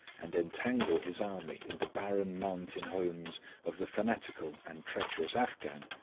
and entangle his army in the barren mountain homes of the fanatical and treacherous afghan,